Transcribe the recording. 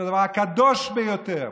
זה הדבר הקדוש ביותר.